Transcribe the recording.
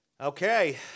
Okay